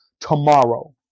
tomorrow